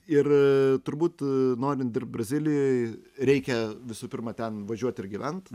ir turbūt norint ir brazilijoj reikia visų pirma ten važiuot ir gyvent